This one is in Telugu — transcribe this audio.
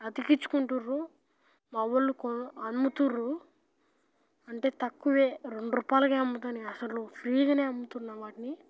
అతికించుకుంట్టుర్రు మా వాళ్ళు అమ్ముత్తుర్రు అంటే తక్కువ రెండు రూపాయలకు అమ్ముతా నేను అసలు ఫ్రీగా అమ్ముతున్నాను వాటిని